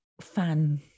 fan